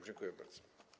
Dziękuję bardzo.